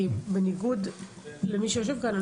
כי בניגוד למי שיושב כאן,